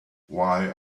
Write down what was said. why